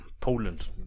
Poland